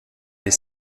des